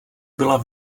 byla